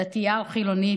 דתייה או חילונית,